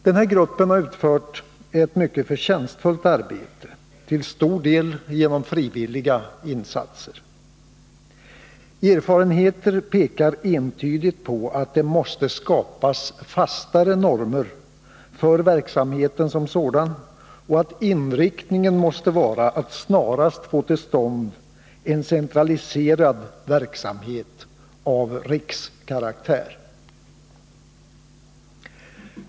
Denna grupp har utfört ett mycket förtjänstfullt arbete, till stor del genom frivilliga insatser. Erfarenheter pekar entydigt på att det måste skapas fastare former för verksamheten som sådan och att inriktningen måste vara att snarast få till stånd en centraliserad verksamhet av rikskaraktär.